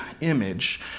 image